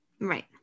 Right